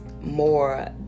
more